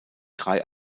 drei